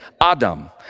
Adam